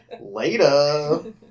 Later